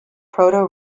proto